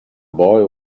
boy